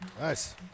nice